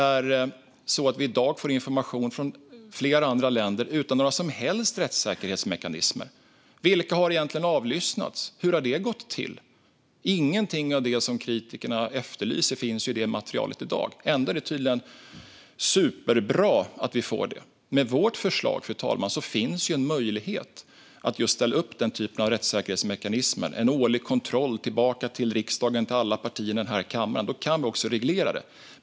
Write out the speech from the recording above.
Vi får i dag information från flera andra länder utan några som helst rättssäkerhetsmekanismer. Vilka har egentligen avlyssnats? Hur har det gått till? Ingenting av det som kritikerna har efterlyst finns i det materialet i dag. Ändå är det tydligen superbra att vi får det. Fru talman! Med vårt förslag finns en möjlighet att just ställa upp den typen av rättssäkerhetsmekanismer. Det kan vara en årlig kontroll tillbaka till riksdagen och alla partierna här i kammaren. Då kan vi också reglera det.